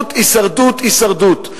הישרדות, הישרדות, הישרדות.